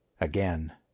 Again